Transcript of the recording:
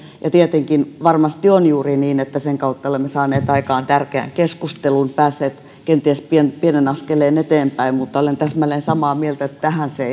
tietenkin varmasti on juuri niin että sen kautta olemme saaneet aikaan tärkeän keskustelun päässeet kenties pienen pienen askeleen eteenpäin mutta olen täsmälleen samaa mieltä että tähän se